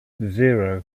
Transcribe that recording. zero